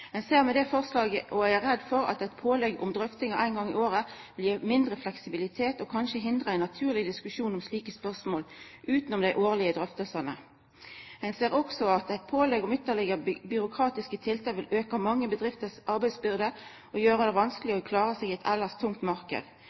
Ein er med det forslaget redd for at eit pålegg om drøftingar ein gong i året vil gi mindre fleksibilitet og kanskje hindra ein naturleg diskusjon om slike spørsmål utanom dei årlege drøftingane. Ein ser også at eit pålegg om ytterlegare byråkratiske tiltak vil auka arbeidsbyrda for mange bedrifter og gjera det vanskeleg å klara seg i